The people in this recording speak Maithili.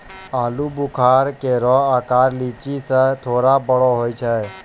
आलूबुखारा केरो आकर लीची सें थोरे बड़ो होय छै